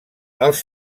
els